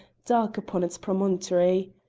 dark upon its promontory.